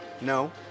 No